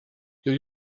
you